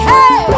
Hey